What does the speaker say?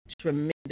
Tremendous